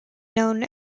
known